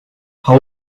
how